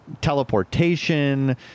teleportation